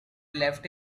left